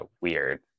weird